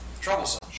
Troublesome